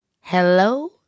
Hello